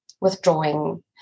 withdrawing